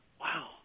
Wow